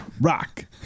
rock